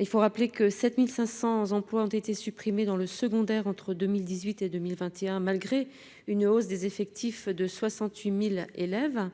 il faut rappeler que 7500 emplois ont été supprimés dans le secondaire entre-2018 et 2021, malgré une hausse des effectifs de 68000 élèves